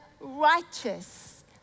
righteous